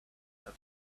have